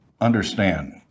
understand